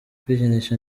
kwikinisha